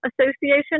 association